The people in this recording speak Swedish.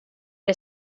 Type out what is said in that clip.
det